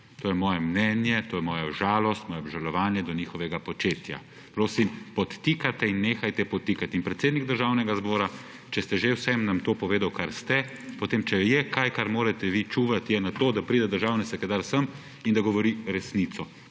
To je moje mnenje, to je moja žalost, moje obžalovanje do njihovega početja. Prosim, podtikate in nehajte podtikati in predsednik Državnega zbora, če ste že vsem nam to povedal kar ste, potem če je kaj kar morate vi čuvati je na to, da pride državni sekretar sem in da govori resnico